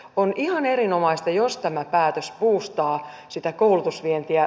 on ihan erinomaista jos tämä päätös buustaa sitä koulutusvientiä